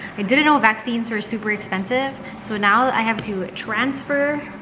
i didn't know vaccines were super expensive. so now i have to transfer